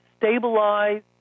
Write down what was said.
stabilize